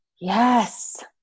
yes